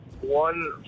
one